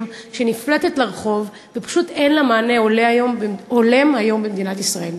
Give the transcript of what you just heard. שנפלטת לרחוב ופשוט אין לה מענה הולם היום במדינת ישראל.